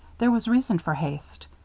there was reason for haste.